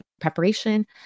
preparation